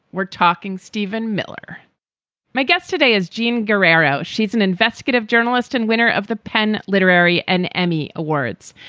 we're talking steven miller my guest today is jean guerrero. she's an investigative journalist and winner of the pen literary and emmy awards.